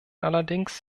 allerdings